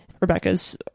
Rebecca's